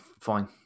fine